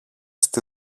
στη